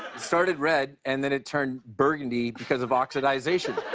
started red, and then it turned burgundy because of oxidization.